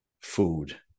food